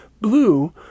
blue